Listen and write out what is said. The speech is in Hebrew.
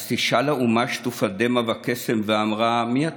// אז תשאל האומה שטופת דמע וקסם / ואמרה: "מי אתם?",